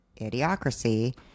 idiocracy